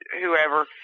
whoever